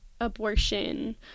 abortion